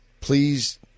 please